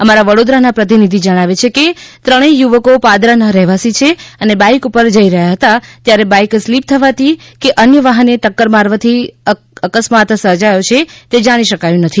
અમારા વડોદરાના પ્રતિનિધિ જણાવે છે કે ત્રણેય યુવકો પાદરના રહેવાસી છે અને બાઇક પર જઇ રહ્યા હતા ત્યારે બાઇક સ્લીપ થવાથી કે અન્ય વાહને ટક્કર મારવાથી અકસ્માત સર્જાયો છે તે જાણી શકાયું નથી